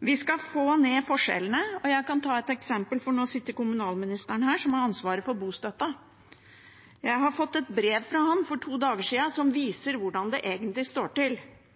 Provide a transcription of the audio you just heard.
Vi skal få ned forskjellene. Jeg kan ta et eksempel, for nå sitter kommunalministeren her, og han har ansvaret for bostøtten. Jeg fikk et brev som viser hvordan det egentlig står til, fra ham for to dager siden. Regjeringen sier at bostøtten har økt, men det